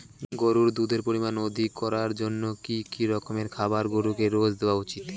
গরুর দুধের পরিমান অধিক করার জন্য কি কি রকমের খাবার গরুকে রোজ দেওয়া উচিৎ?